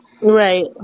right